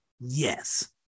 Yes